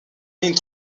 ligne